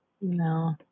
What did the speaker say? No